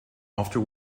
after